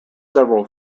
several